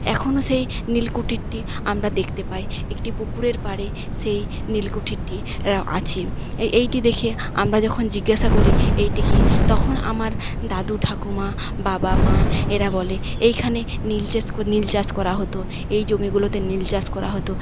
এখনো সেই নীল কুঠিরটি আমরা দেখতে পাই একটি পুকুরের পাড়ে সেই নীল কুঠিরটি আছে এইটি দেখে আমরা যখন জিজ্ঞেসা করি এইটি কি তখন আমার দাদু ঠাকুমা বাবা মা এরা বলে এইখানে নীল চাষ নীল চাষ করা হতো এই জমিগুলোতে নীল চাষ করা হতো